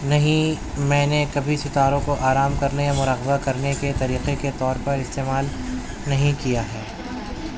نہیں میں نے کبھی ستاروں کو آرام کرنے یا مراقبہ کرنے کے طریقے کے طور پر استعمال نہیں کیا ہے